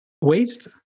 waste